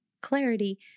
clarity